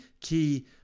key